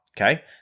okay